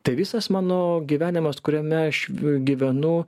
tai visas mano gyvenimas kuriame aš gyvenu